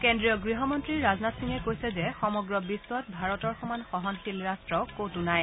কেন্দ্ৰীয় গৃহমন্ত্ৰী ৰাজনাথ সিঙে কৈছে যে সমগ্ৰ বিশ্বত ভাৰতৰ সমান সহনশীল ৰাট্ট কতো নাই